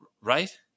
right